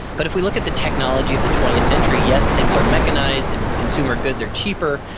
but if we look at the technology of the twentieth century, yes things are mechanized and consumer goods are cheaper,